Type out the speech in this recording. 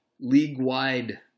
league-wide